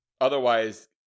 otherwise